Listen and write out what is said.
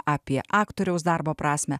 apie aktoriaus darbo prasmę